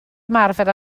ymarfer